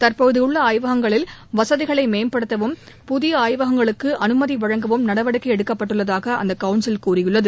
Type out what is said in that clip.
தற்போதுள்ளஆய்வகங்களில்வசதிகளைமேம்படுத்தவும்புதியஆய்வ கங்களுக்குஅனுமதிவழங்கவும்நடவடிக்கைஎடுக்கப்பட்டுள்ளதாகஅந்தகவுன்சில் தெரிவித்துள்ளது